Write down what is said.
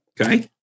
Okay